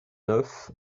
oeuf